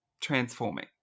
transforming